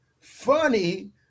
Funny